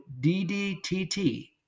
DDTT